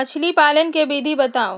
मछली पालन के विधि बताऊँ?